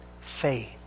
faith